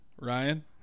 ryan